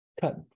cut